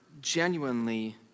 genuinely